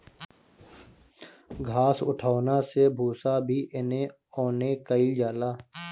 घास उठौना से भूसा भी एने ओने कइल जाला